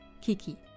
KIKI